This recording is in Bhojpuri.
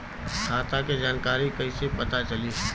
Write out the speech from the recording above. खाता के जानकारी कइसे पता चली?